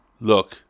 look